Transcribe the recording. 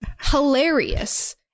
hilarious